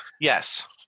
Yes